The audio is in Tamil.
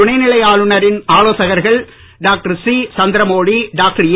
துணை நிலை ஆளுநர்களின் ஆலோசகர்கள் டாக்டர் சி சந்திரமௌலி டாக்டர் ஏ